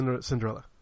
Cinderella